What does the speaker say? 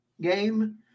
game